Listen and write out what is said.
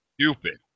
stupid